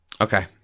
Okay